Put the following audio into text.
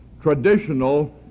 traditional